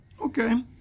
Okay